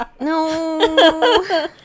No